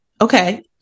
Okay